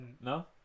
No